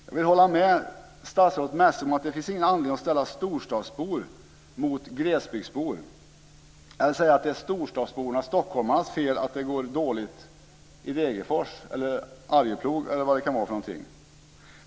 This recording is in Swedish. Jag håller med statsrådet Messing om att det inte finns någon anledning att ställa storstadsbor mot glesbygdsbor, eller att säga att det är storstadsbornas, stockholmarnas, fel att det går dåligt i Degerfors eller i Arjeplog eller var det kan vara.